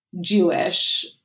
Jewish